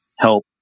help